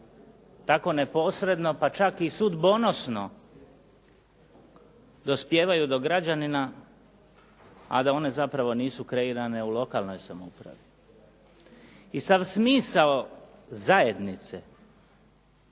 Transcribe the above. tako neposredno, pa čak i sudbonosno dospijevaju do građanina, a da one zapravo nisu kreirane u lokalnoj samoupravi. I sav smisao zajednice